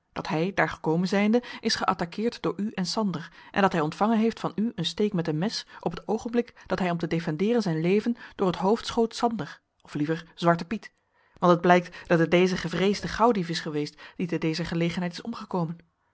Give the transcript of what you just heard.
dat hij daar gekomen zijnde is geattaqueerd door u en sander en dat hij ontvangen heeft van u een steek met een mes op het oogenblik dat hij om te defendeeren zijn leven door het hoofd schoot sander of liever zwarten piet want het blijkt dat het deze gevreesde gauwdief is geweest die te dezer gelegenheid is omgekomen